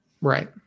Right